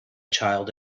child